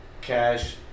cash